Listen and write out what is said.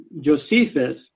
Josephus